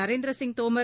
Narendra Singh Tomar